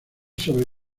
sobre